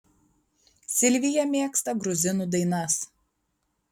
silvija mėgsta gruzinų dainas